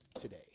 today